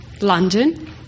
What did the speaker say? London